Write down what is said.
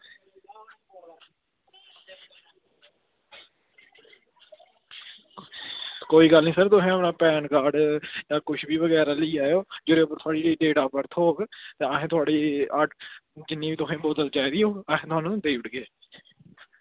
कोई गल्ल निं सर तुसें पेन कार्ड जां कुछ बी बगैरा लेई आयो जेह्दे उप्पर थुआढ़ी डेट ऑफ बर्थ होग ते असें थुआढ़ी जिन्नी बोतल चाहिदी होग ते अस थुहानू देई ओड़गे